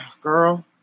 girl